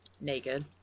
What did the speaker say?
naked